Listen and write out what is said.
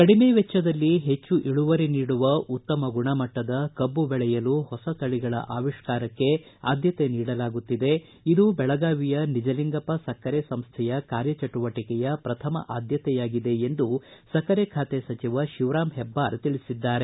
ಕಡಿಮೆ ವೆಚ್ವದಲ್ಲಿ ಹೆಚ್ಚು ಇಳುವರಿ ನೀಡುವ ಉತ್ತಮ ಗುಣಮಟ್ಟ ಕಬ್ಬನ ಬೆಳೆ ಬೆಳೆಯಲು ಹೊಸ ತಳಿಗಳ ಅವಿಷ್ಠರಕ್ಕೆ ಆದ್ದತೆ ನೀಡಲಾಗುತ್ತಿದ್ದು ಬೆಳಗಾವಿಯ ನಿಜಲಿಂಗಪ್ಪ ಸಕ್ಕರೆ ಸಂಸ್ವೆಯ ಕಾರ್ಯಚೆಟುವಟಿಕೆಯ ಪ್ರಥಮ ಆಧ್ಯತೆಯಾಗಿದೆ ಎಂದು ಸಕ್ಕರೆ ಖಾತೆ ಸಚಿವ ಶಿವರಾಮ್ ಹೆಬ್ಬಾರ ತಿಳಿಸಿದ್ದಾರೆ